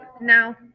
Now